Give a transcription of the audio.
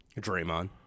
Draymond